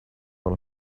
one